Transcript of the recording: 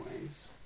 ways